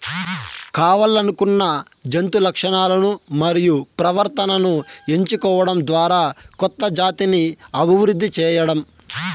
కావల్లనుకున్న జంతు లక్షణాలను మరియు ప్రవర్తనను ఎంచుకోవడం ద్వారా కొత్త జాతిని అభివృద్ది చేయడం